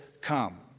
come